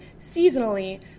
seasonally